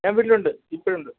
ഞാന് വീട്ടിലുണ്ട് ഇപ്പോഴുണ്ട്